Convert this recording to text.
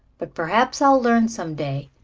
but perhaps i'll learn some day,